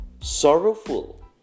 sorrowful